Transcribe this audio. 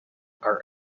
are